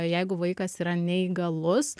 jeigu vaikas yra neįgalus